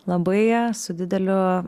labai su dideliu